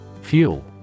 Fuel